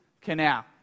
canal